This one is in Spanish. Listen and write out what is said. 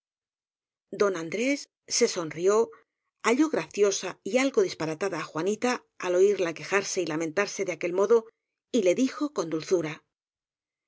don andrés se sonrió halló graciosa y algo disparatada á juanita al oirla quejarse y lamentarse de aquel modo y le dijo con dulzura